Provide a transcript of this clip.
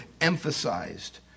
emphasized